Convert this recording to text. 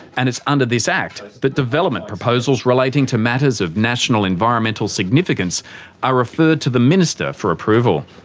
and it's under this act that development proposals relating to matters of national environmental significance are referred to the minister for approval.